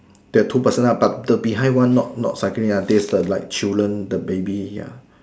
the two person lah but the behind one not not cycling lah there's like children the baby ya